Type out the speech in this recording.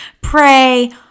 pray